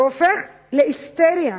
והופך להיסטריה,